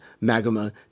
magma